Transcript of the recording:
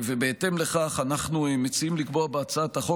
ובהתאם לכך אנחנו מציעים לקבוע בהצעת החוק